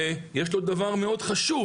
שיש לו דבר מאוד חשוב,